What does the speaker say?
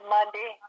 Monday